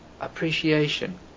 appreciation